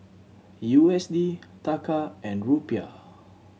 U S D Taka and Rupiah